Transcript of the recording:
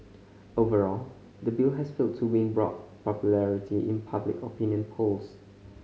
overall the bill has failed to win broad popularity in public opinion polls